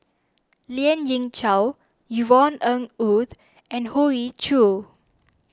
Lien Ying Chow Yvonne Ng Uhde and Hoey Choo